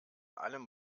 allem